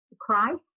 Christ